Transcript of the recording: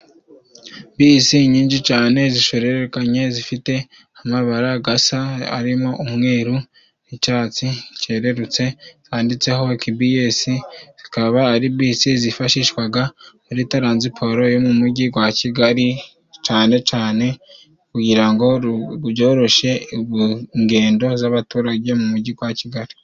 Bisi nyinji cane zishorerekanye zifite amabara gasa arimo umweru n'icatsi cererutse zanditseho kibiyesi, zikaba ari bisi zifashishwaga kuri taranziporo yo mu mugi gwa Kigali cane cane kugira ngo byoroshe ingendo z'abaturage mu mugi gwa Kigali.